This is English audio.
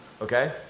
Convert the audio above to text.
okay